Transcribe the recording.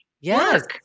Yes